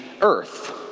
earth